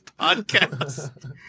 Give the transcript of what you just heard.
podcast